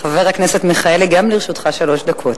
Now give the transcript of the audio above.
חבר הכנסת מיכאלי, גם לרשותך שלוש דקות.